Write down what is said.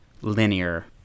linear